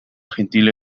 gentil